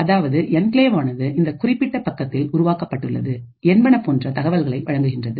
அதாவது என்கிளேவானது இந்த குறிப்பிட்ட பக்கத்தில் உருவாக்கப்பட்டுள்ளது என்பன போன்ற தகவல்களை வழங்குகின்றது